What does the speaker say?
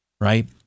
right